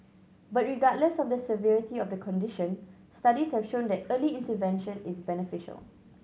but regardless of the severity of the condition studies have shown that early intervention is beneficial